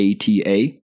ATA